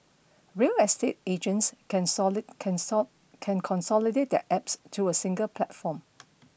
real estate agents can solid can sod can consolidate their Apps to a single platform